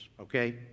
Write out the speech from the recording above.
okay